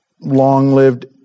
long-lived